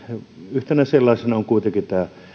yhtenä sellaisena on kuitenkin tämä